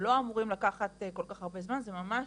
לא אמורים לקחת כל כך הרבה זמן, זה ממש